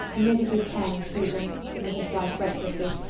knit if you can, susan, said mrs. blythe restlessly.